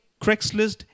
Craigslist